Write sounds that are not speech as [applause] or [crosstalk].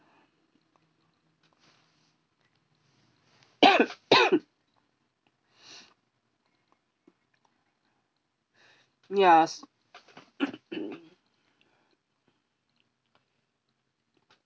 [coughs] [noise] yes [noise]